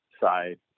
side